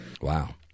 Wow